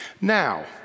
Now